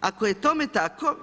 Ako je tome tako,